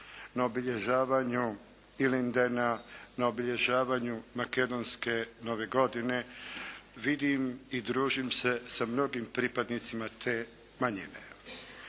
na obilježavanju Ilindena, na obilježavanju makedonske nove godine, vidim i družim se sa mnogim pripadnicima te manjine.